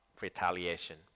retaliation